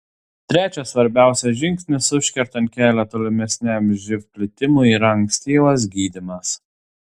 trečias svarbiausias žingsnis užkertant kelią tolimesniam živ plitimui yra ankstyvas gydymas